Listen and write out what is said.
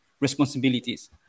responsibilities